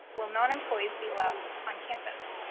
will non-employees be allowed on campus?